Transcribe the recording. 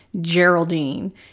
Geraldine